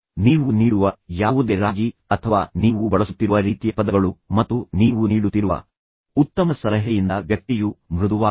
ನೀವು ನೀಡುವ ಯಾವುದೇ ರಾಜಿ ಅಥವಾ ನೀವು ಬಳಸುತ್ತಿರುವ ರೀತಿಯ ಪದಗಳು ಮತ್ತು ನೀವು ನೀಡುತ್ತಿರುವ ಉತ್ತಮ ಸಲಹೆಯಿಂದ ವ್ಯಕ್ತಿಯು ಮೃದುವಾಗಬಹುದು